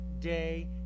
day